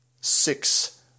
Six